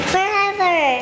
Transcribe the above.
Forever